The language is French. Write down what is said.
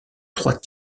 trois